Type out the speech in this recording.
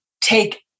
take